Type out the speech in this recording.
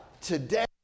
today